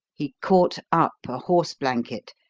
he caught up a horse blanket,